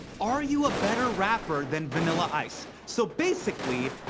are you a better rapper than vanilla ice? so basically.